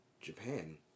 Japan